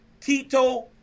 Tito